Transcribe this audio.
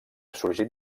sorgit